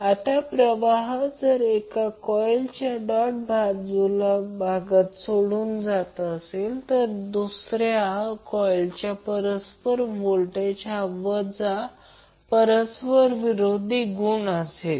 आता प्रवाह जर एका कॉइलच्या डॉट भाग सोडून जात आहे तर दुसऱ्या कॉइलचा परस्पर व्होल्टेज हा वजा परस्पर विरोधी गुण आहे